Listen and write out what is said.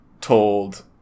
told